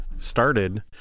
started